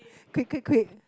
quick quick quick